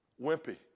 wimpy